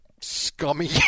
scummy